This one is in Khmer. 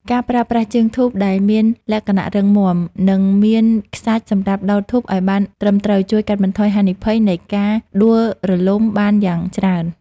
ការប្រើប្រាស់ជើងធូបដែលមានលក្ខណៈរឹងមាំ និងមានខ្សាច់សម្រាប់ដោតធូបឱ្យបានត្រឹមត្រូវជួយកាត់បន្ថយហានិភ័យនៃការដួលរលំបានយ៉ាងច្រើន។